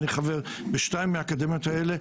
אני חבר בשתיים מהאקדמיות האלה,